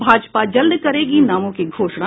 भाजपा जल्द करेगी नामों की घोषणा